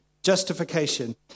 justification